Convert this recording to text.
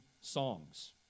songs